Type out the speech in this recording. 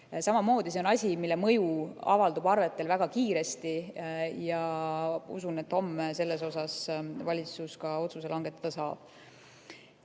samamoodi see on asi, mille mõju avaldub arvetel väga kiiresti. Usun, et homme selle kohta valitsus otsuse ka langetada